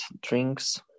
drinks